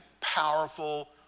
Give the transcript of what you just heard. powerful